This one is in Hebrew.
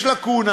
יש לקונה,